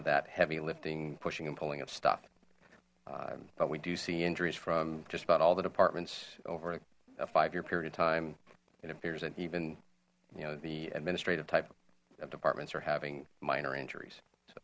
of that heavy lifting pushing and pulling of stuff but we do see injuries from just about all the departments over a five year period of time it appears that even you know the administrative type of departments are having minor injuries